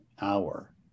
hour